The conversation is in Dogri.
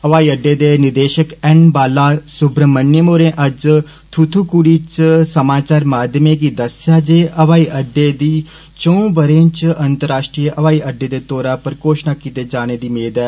हवाई अड्डे दे निदेषक एन बाला सुब्रमयिम होरें अज्ज थूथूकूडी च समाचार माध्यमें गी दस्सेआ जे हवाई अड्डे दी चौं बरें च अंतर्राश्ट्रीय हवाई अड्डे दे तौरा पर घोशणा कीते जाने दी मेद ऐ